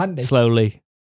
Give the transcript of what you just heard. slowly